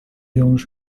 eles